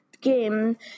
game